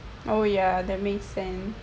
oh ya that makes sense